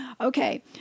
Okay